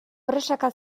presaka